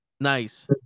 Nice